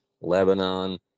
Lebanon